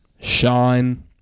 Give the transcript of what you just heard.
Shine